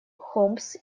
хомс